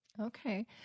Okay